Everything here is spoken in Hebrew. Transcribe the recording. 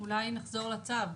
אולי נחזור לצו.